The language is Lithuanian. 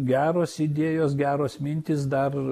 geros idėjos geros mintys dar